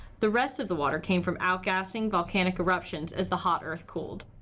the rest of the water came from out-gassing volcanic eruptions as the hot earth cooled.